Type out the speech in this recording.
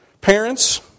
Parents